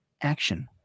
action